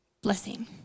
blessing